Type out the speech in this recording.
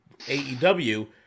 AEW